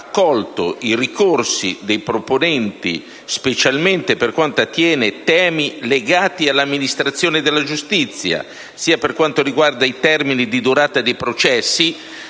accolto i ricorsi dei proponenti, specialmente per quanto attiene ai temi legati all'amministrazione della giustizia, ad esempio per quanto riguarda i termini di durata dei processi.